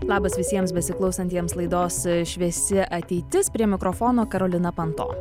labas visiems besiklausantiems laidos šviesi ateitis prie mikrofono karolina panto